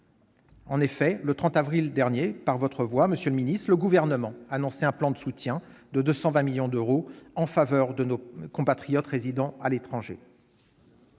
En effet, le 30 avril dernier, par votre voix, monsieur le secrétaire d'État, le Gouvernement annonçait un plan de soutien de 220 millions d'euros en faveur de nos compatriotes résidant à l'étranger.